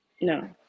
No